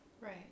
Right